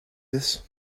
this